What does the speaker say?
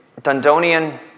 Dundonian